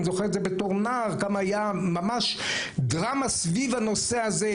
אני זוכר את זה בתור נער כמה הייתה ממש דרמה סביב הנושא הזה,